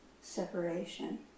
separation